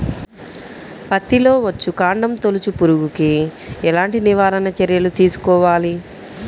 పత్తిలో వచ్చుకాండం తొలుచు పురుగుకి ఎలాంటి నివారణ చర్యలు తీసుకోవాలి?